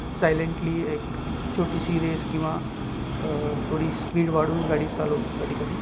silently एक छोटीशी race किंवा थोडी स्पीड वाढवून गाडी चालवतो कधी कधी